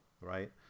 right